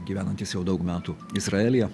gyvenantis jau daug metų izraelyje